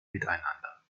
miteinander